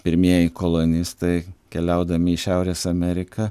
pirmieji kolonistai keliaudami į šiaurės ameriką